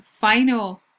final